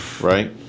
right